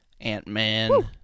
Ant-Man